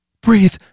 Breathe